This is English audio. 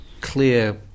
clear